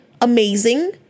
amazing